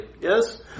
Yes